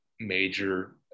major